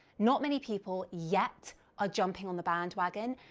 not many people yet are jumping on the bandwagon,